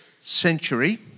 century